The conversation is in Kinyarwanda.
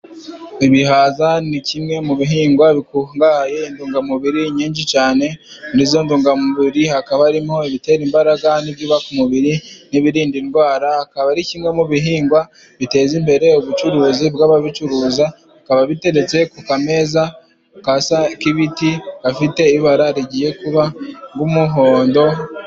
Ibihaza ni kimwe mu bihingwa bikungahaye intungamubiri nyinshi cane. Muri izo ntungamubiri hakaba harimo ibitera imbaraga n'ibyubaka umubiri n'ibirinda indwara. Akaba ari kimwe mu bihingwa biteza imbere ubucuruzi bw'ababicuruza, bikaba biteretse ku kameza kasa k'ibiti gafite ibara rigiye kuba nk'umuhondo.